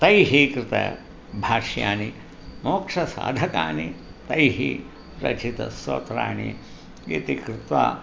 तैः कृतानि भाष्यानि मोक्षसाधकानि तैः रचितानि सोत्राणि इति कृत्वा